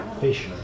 Fish